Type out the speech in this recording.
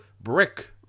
brick